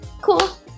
Cool